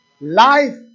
life